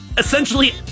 Essentially